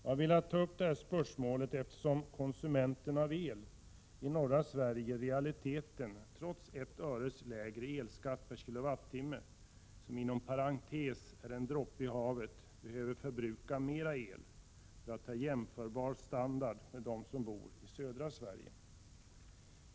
Jag har velat ta upp det här spörsmålet eftersom konsumenterna av el i norra Sverige i realiteten, trots 1 öre lägre elskatt per kWh, som inom parentes sagt är en droppe i havet, behöver förbruka mera el än dem som bor i södra Sverige för att kunna ha en jämförbar standard.